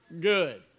good